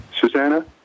Susanna